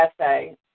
essay